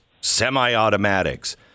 semi-automatics